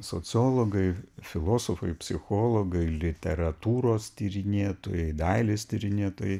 sociologai filosofai psichologai literatūros tyrinėtojai dailės tyrinėtojai